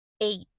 Eight